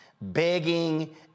begging